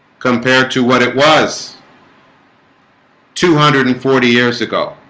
compared to what it was two hundred and forty years ago